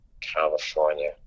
California